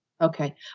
Okay